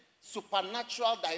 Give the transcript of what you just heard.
supernatural